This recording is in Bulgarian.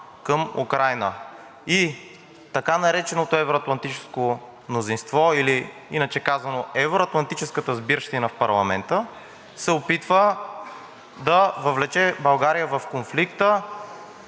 към Украйна и така нареченото евро-атлантичеко мнозинство, или, иначе казано, евро-атлантичеката сбирщина в парламента се опитва да въвлече България в конфликта